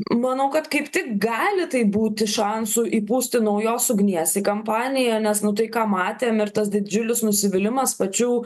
manau kad kaip tik gali taip būti šansų įpūsti naujos ugnies į kampaniją nes nu tai ką matėm ir tas didžiulis nusivylimas pačių